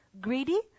Greedy